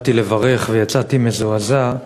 באתי לברך ויצאתי מזועזע,